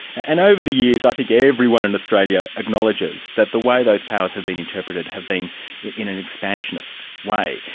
and over the years i think everyone in australia acknowledges that the way those powers have been interpreted have been in an expansionist way.